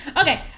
Okay